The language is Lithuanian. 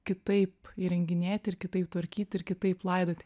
kitaip įrenginėti ir kitaip tvarkyti ir kitaip laidoti